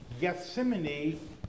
Gethsemane